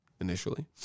initially